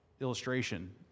illustration